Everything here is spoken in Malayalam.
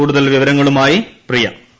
കൂടുതൽ വിവരങ്ങളുമായി അരുൺ